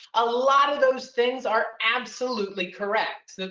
a lot of those things are absolutely correct.